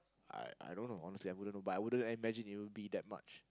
I I don't know honestly I don't know I wouldn't imagine it'll be that much